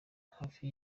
hafi